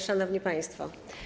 Szanowni Państwo!